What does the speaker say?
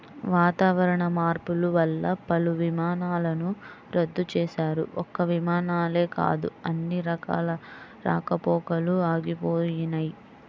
వాతావరణ మార్పులు వల్ల పలు విమానాలను రద్దు చేశారు, ఒక్క విమానాలే కాదు అన్ని రకాల రాకపోకలూ ఆగిపోయినయ్